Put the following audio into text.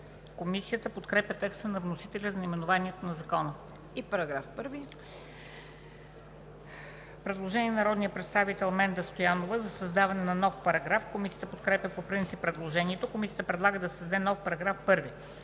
Комисията подкрепя текста на вносителя за наименованието на Закона. Предложение на народния представител Менда Стоянова за създаване на нов параграф. Комисията подкрепя по принцип предложението. Комисията предлага да се създаде нов § 1: „§ 1.